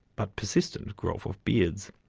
but persistent, growth of beards.